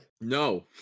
No